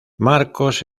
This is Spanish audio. marcos